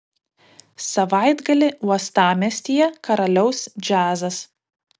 savaitgalį uostamiestyje karaliaus džiazas